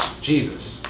Jesus